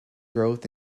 growth